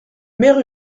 mère